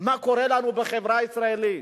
מה קורה לנו בחברה הישראלית.